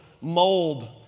mold